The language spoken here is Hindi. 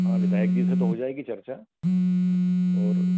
हाँ विधायक जी से तो हो जाएगी चर्चा और